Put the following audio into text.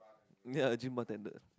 ya gym bartender